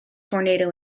tornado